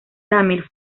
tamil